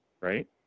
right